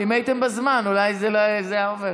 אם הייתם בזמן אולי זה היה עובר.